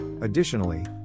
Additionally